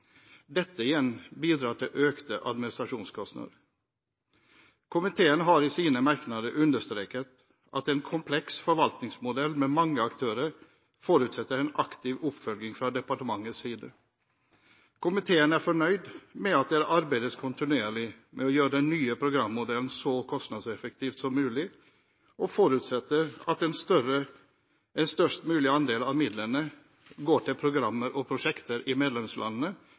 Dette igjen bidrar til økte administrasjonskostnader. Komiteen har i sine merknader understreket at en kompleks forvaltningsmodell med mange aktører forutsetter en aktiv oppfølging fra departementets side. Komiteen er fornøyd med at det arbeides kontinuerlig med å gjøre den nye programmodellen så kostnadseffektiv som mulig, og forutsetter at en størst mulig andel av midlene går til programmer og prosjekter i medlemslandene